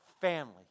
family